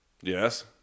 Yes